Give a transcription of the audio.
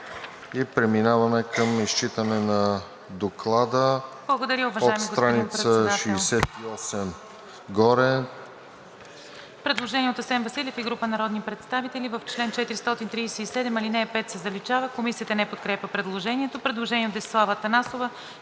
Преминаваме към изчитане на Доклада от страница 68 горе.